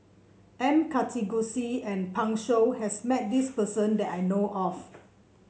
M Karthigesu and Pan Shou has met this person that I know of